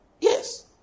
Yes